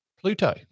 Pluto